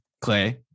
Clay